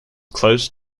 close